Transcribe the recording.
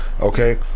Okay